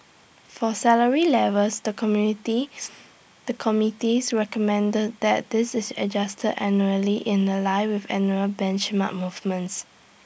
for salary levels the community the committees recommended that this is adjusted annually in The Line with annual benchmark movements